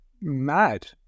mad